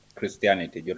Christianity